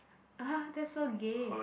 uh that's so gay